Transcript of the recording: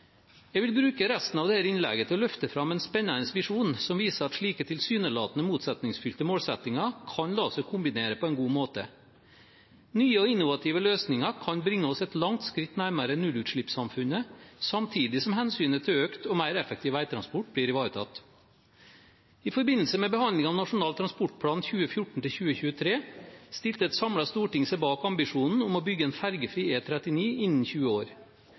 Jeg vil bruke resten av dette innlegget til å løfte fram en spennende visjon som viser at slike tilsynelatende motsetningsfylte målsettinger kan la seg kombinere på en god måte. Nye og innovative løsninger kan bringe oss et langt skritt nærmere nullutslippssamfunnet, samtidig som hensynet til økt og mer effektiv veitransport blir ivaretatt. I forbindelse med behandlingen av Nasjonal transportplan 2014–2023 stilte et samlet storting seg bak ambisjonen om å bygge en ferjefri E39 innen 20 år.